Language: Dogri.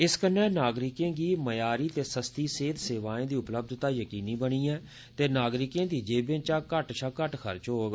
इस कन्नै नागरिकें गी मयारी ते सस्ती सेहत सेवाएं दी उपलब्धता यकीनी बनी ऐ ते नागरिकें दी जेबें चा घट्ट शा घट्ट खर्च होग